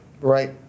Right